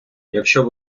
якщо